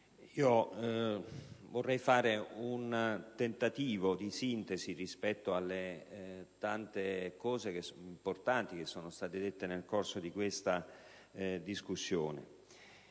vorrei tentare di fare una sintesi rispetto delle tante cose importanti che sono state dette nel corso di questa discussione.